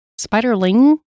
Spiderling